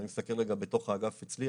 ואני מסתכל רגע בתוך האגף אצלי,